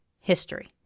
history